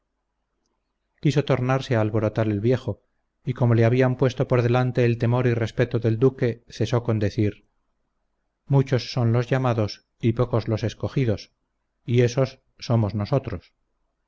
quiso tornarse a alborotar el viejo y como le habían puesto por delante el temor y respeto del duque cesó con decir muchos son los llamados y pocos los escogidos y esos somos nosotros